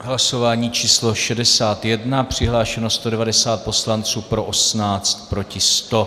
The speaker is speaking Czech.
V hlasování číslo 61 přihlášeno 190 poslanců, pro 18, proti 100.